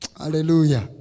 hallelujah